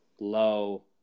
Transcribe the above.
low